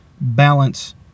balance